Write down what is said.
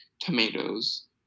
tomatoes